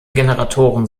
generatoren